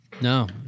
No